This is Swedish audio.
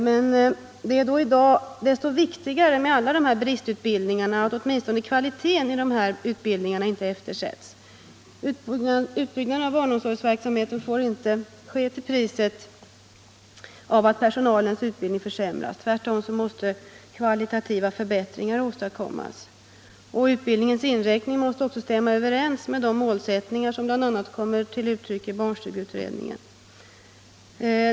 Men det är då i dag beträffande alla de här bristutbildningarna desto viktigare att åtmistone kvaliteten i utbildningarna inte eftersätts. Utbyggnaden av barnomsorgsverksamheten får inte ske till priset av att personalens utbildning försämras; tvärtom måste kvalitativa förbättringar åstadkommas. Utbildningens inriktning måste också stämma överens med de målsättningar som bl.a. kommer till uttryck i barnstugeutredningen.